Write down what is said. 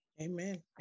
Amen